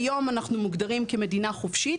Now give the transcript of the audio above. כיום אנחנו מוגדרים כמדינה חופשית,